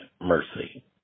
mercy